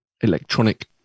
electronic